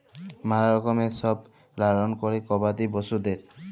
ম্যালা রকমের সব লালল ক্যরে গবাদি পশুদের